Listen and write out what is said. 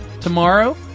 tomorrow